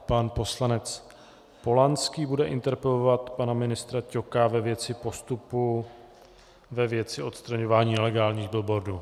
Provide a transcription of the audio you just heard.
Pan poslanec Polanský bude interpelovat pana ministra Ťoka ve věci postupu ve věci odstraňování nelegálních billboardů.